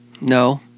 No